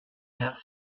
have